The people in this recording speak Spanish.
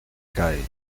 cae